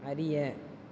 அறிய